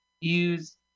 Use